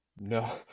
No